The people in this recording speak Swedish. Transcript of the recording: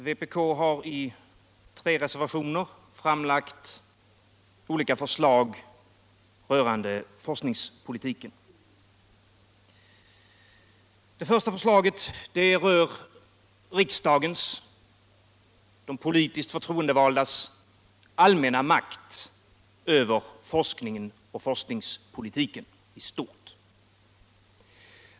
Herr talman! Vpk har i tre reservationer framlagt olika förslag rörande forskningspolitiken. Det första förslaget rör riksdagens — de politiskt förtroendevaldas — allmänna makt över forskningen och forskningspolitiken . i stort.